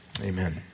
Amen